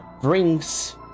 brings